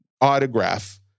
autograph